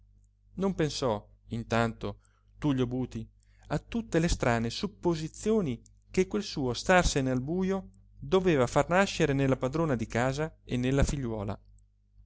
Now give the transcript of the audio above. non pensò intanto tullio buti a tutte le strane supposizioni che quel suo starsene al bujo doveva far nascere nella padrona di casa e nella figliuola